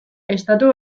estatu